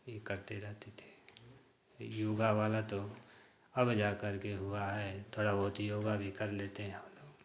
ये करते रहते थे योगा वाला तो अब जाकर के हुआ है थोड़ा बहुत योगा भी कर लेते हैं हम लोग